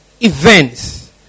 events